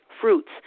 Fruits